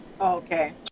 okay